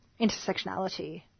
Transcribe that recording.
intersectionality